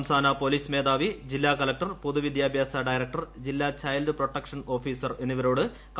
സംസ്ഥാന പോലീസ് മേധാവി ജില്ലാ കളക്ടർ പൊതുവിദ്യാഭ്യാസ ഡയറക്ടർ ജില്ലാ ചൈൽഡ് പ്രൊട്ടക്ഷൻ ഓഫീസർ എന്നിവരോട് ആവശ്യപ്പെട്ടു